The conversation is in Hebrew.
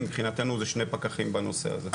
מבחינתנו זה שני פקחים בנושא הזה.